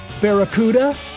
Barracuda